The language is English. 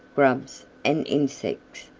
grubs and insects,